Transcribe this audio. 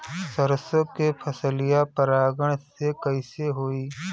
सरसो के फसलिया परागण से कईसे होई?